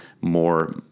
more